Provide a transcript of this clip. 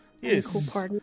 yes